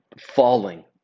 falling